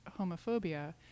homophobia